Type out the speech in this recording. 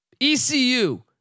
ECU